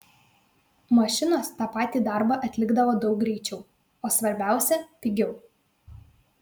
mašinos tą patį darbą atlikdavo daug greičiau o svarbiausia pigiau